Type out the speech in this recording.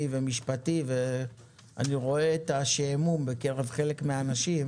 ומשפטי ואני רואה את השעמום בקרב חלק מהאנשים,